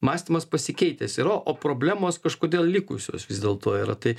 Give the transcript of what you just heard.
mąstymas pasikeitęs ir o problemos kažkodėl likusios vis dėlto yra tai